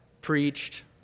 preached